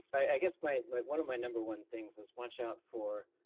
i guess my my one of my number one things is watch out for